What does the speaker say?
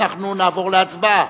אנחנו נעבור להצבעה.